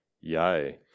Yay